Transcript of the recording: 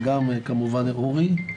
וגם כמובן את אורי.